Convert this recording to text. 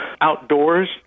outdoors